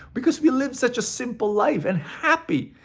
because we lived such a simple life! and happy!